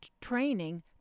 training